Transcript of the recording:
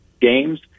games